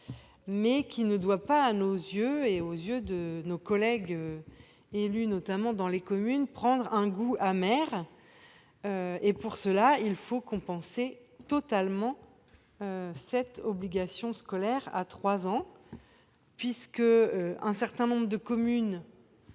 mais qui ne doit pas à nos yeux et aux yeux de nos collègues élus, notamment dans les communes, prendre un goût amer et pour cela il faut compenser totalement cette obligation scolaire à 3 ans puisque un certain nombre de communes